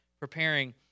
preparing